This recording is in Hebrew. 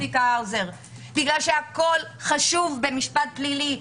עו"ד האוזר כי הכול חשוב במשפט פלילי.